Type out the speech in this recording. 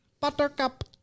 Buttercup